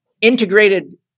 integrated